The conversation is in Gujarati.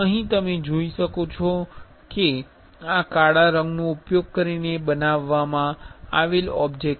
અહીં તમે જોઈ શકો છો કે આ કાળા રંગનો ઉપયોગ કરીને બનાવવામાં આવેલ ઓબ્જેક્ટ છે કાળા રંગનુ PLA